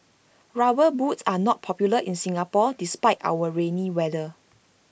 rubber boots are not popular in Singapore despite our rainy weather